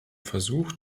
versuch